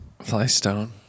flystone